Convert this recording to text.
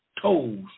toes